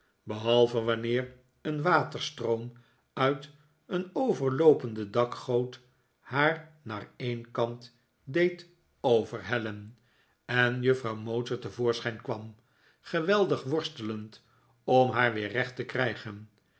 behalve wanneer een waterstroom uit een overloopende dakgoot haar naar een kant deed overhellen en juffrouw mowcher te voorschijn kwam geweldig wofstelend om haar weer recht te krijgen